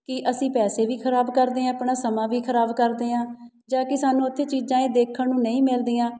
ਕਿ ਅਸੀਂ ਪੈਸੇ ਵੀ ਖਰਾਬ ਕਰਦੇ ਹਾਂ ਆਪਣਾ ਸਮਾਂ ਵੀ ਖਰਾਬ ਕਰਦੇ ਹਾਂ ਜਦਕਿ ਸਾਨੂੰ ਉੱਥੇ ਚੀਜ਼ਾਂ ਇਹ ਦੇਖਣ ਨੂੰ ਨਹੀਂ ਮਿਲਦੀਆਂ